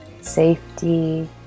safety